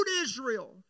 Israel